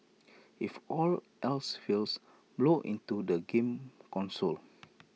if all else fails blow into the game console